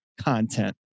content